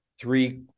three